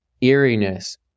eeriness